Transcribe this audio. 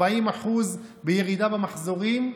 40% בירידה במחזורים,